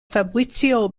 fabrizio